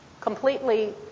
completely